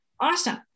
Awesome